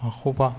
माखौबा